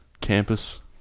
campus